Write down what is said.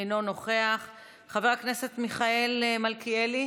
אינו נוכח, חבר הכנסת מיכאל מלכיאלי,